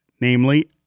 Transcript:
namely